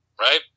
right